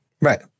Right